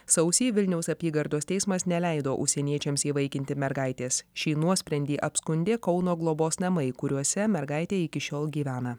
sausį vilniaus apygardos teismas neleido užsieniečiams įvaikinti mergaitės šį nuosprendį apskundė kauno globos namai kuriuose mergaitė iki šiol gyvena